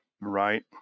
Right